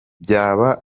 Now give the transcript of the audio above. byaba